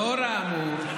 לאור האמור,